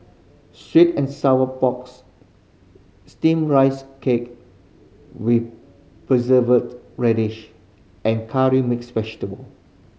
sweet and sour porks Steamed Rice Cake with Preserved Radish and Curry Mixed Vegetable